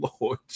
Lord